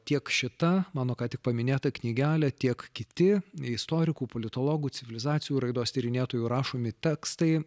tiek šita mano ką tik paminėta knygelė tiek kiti istorikų politologų civilizacijų raidos tyrinėtojų rašomi tekstai